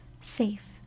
Safe